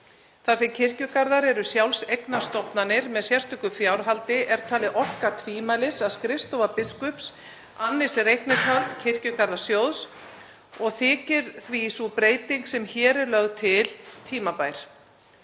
Þar sem kirkjugarðar eru sjálfseignarstofnanir með sérstöku fjárhaldi er talið orka tvímælis að skrifstofa biskups annist eignarhald Kirkjugarðasjóðs og þykir því sú breyting sem hér er lögð til tímabær.